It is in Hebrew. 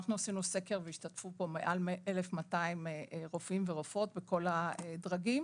אנחנו עשינו סקר והשתתפו פה מעל אלף מאתיים רופאים ורופאות בכל הדרגים.